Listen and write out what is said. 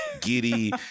giddy